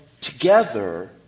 together